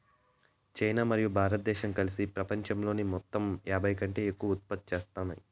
China మరియు భారతదేశం కలిసి పపంచంలోని మొత్తంలో యాభైకంటే ఎక్కువ ఉత్పత్తి చేత్తాన్నాయి